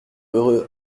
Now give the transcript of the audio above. heureux